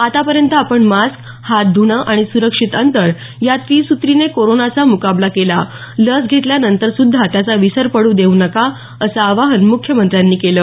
आतापर्यंत आपण मास्क हात धुणं आणि सुरक्षित अंतर या त्रिसूत्रीने कोरोनाचा म्काबला केला लस घेतल्यानंतरसुद्धा त्याचा विसर पडू देऊ नका असं आवाहन मुख्यमंत्र्यांनी केलं